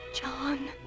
John